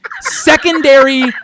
secondary